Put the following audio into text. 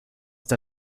der